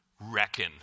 reckon